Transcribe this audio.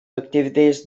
activities